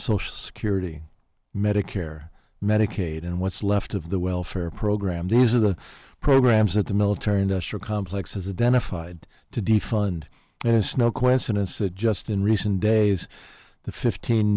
social security medicare medicaid and what's left of the welfare program these are the programs that the military industrial complex has a den of fide to defund and it's no coincidence that just in recent days the fifteen